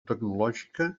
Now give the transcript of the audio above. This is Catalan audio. tecnològica